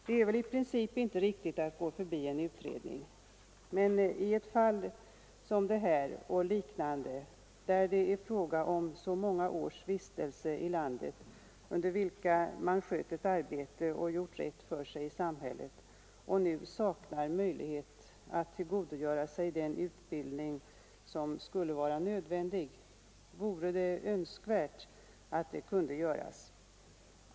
Det är väl i princip inte riktigt att gå förbi en utredning, men i ett fall som detta och liknande där det är fråga om så många års vistelse i landet under vilka vederbörande har skött ett arbete och gjort rätt för sig i samhället och nu saknar möjligheter att tillgodogöra sig den utbildning som skulle vara nödvändig, vore det önskvärt att så kunde ske.